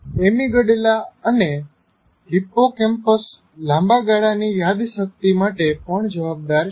amygdala અને hippocampus લાંબા ગાળાની યાદશક્તિ માટે પણ જવાબદાર છે